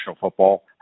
football